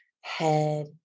head